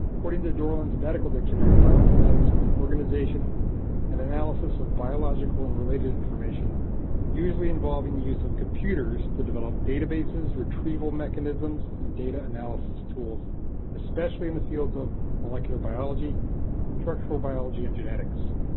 according to dorland's medical dictionary bioinformatics is the organization and analysis of biological and related information usually involving use of computers to develop databases, retrieval mechanisms, and data analysis tools especially in the fields of molecular biology structural biology and genetics.